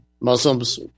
Muslims